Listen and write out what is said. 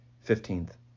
fifteenth